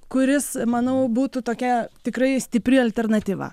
kuris manau būtų tokia tikrai stipri alternatyva